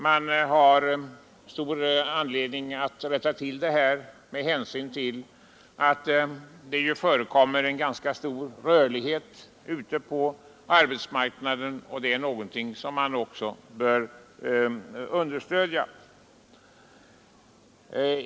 Man har stor anledning att rätta till förhållandena med hänsyn till att det ju förekommer en ganska stark rörlighet ute på arbetsmarknaden — någonting som man också bör understödja.